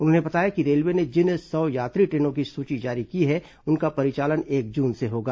उन्होंने बताया कि रेलवे ने जिन सौ यात्री ट्रेनों की सूची जारी की है उनका परिचालन एक जून से होगा